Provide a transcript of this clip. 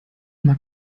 mag